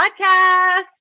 podcast